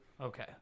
Okay